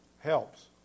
helps